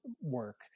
work